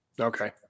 Okay